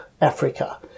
Africa